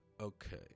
Okay